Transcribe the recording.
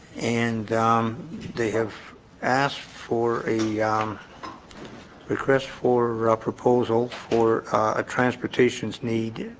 and they have asked for a request for a proposal for a transportations need